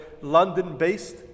London-based